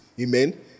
Amen